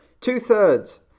Two-thirds